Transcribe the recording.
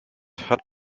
hört